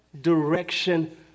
direction